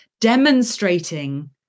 demonstrating